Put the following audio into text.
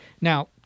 Now